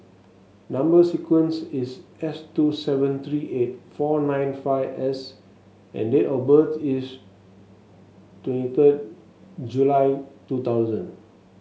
number sequence is S two seven three eight four nine five S and date of birth is twenty third July two thousand